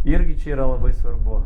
irgi čia yra labai svarbu